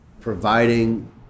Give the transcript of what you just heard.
providing